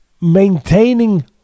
maintaining